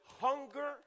hunger